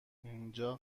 اینجا